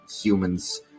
humans